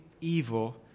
evil